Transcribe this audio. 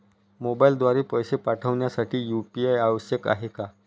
मोबाईलद्वारे पैसे पाठवण्यासाठी यू.पी.आय आवश्यक आहे का?